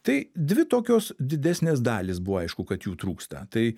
tai dvi tokios didesnės dalys buvo aišku kad jų trūksta tai